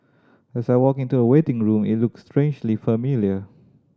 as I walked into the waiting room it looked strangely familiar